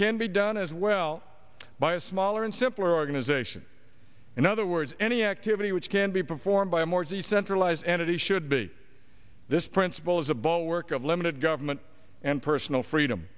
can be done as well by a smaller and simpler organization in other words any activity which can be performed by a more easy centralized entity should be this principle as a bulwark of limited government and personal freedom